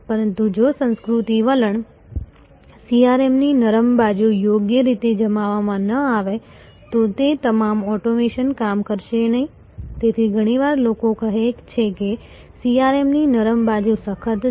પરંતુ જો સંસ્કૃતિ વલણ CRM ની નરમ બાજુ યોગ્ય રીતે જમાવવામાં ન આવે તો તે તમામ ઓટોમેશન કામ કરશે નહીં તેથી ઘણીવાર લોકો કહે છે કે CRM ની નરમ બાજુ સખત છે